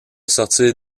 sortir